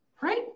right